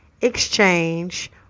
exchange